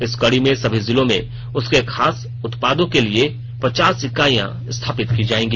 इस कड़ी में सभी जिलों में उसके खास उत्पादों के लिए पचास इकाइयां स्थापित की जाएगी